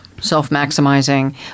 self-maximizing